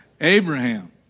Abraham